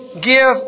give